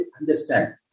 understand